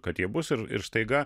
kad jie bus ir ir staiga